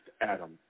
Adam